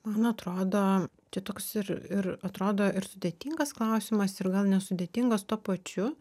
man atrodo čia toks ir ir atrodo ir sudėtingas klausimas ir gal nesudėtingas tuo pačiu